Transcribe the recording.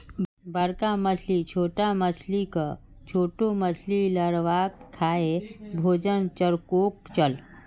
बड़का मछली छोटो मछलीक, छोटो मछली लार्वाक खाएं भोजन चक्रोक चलः